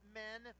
men